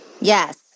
Yes